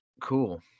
Cool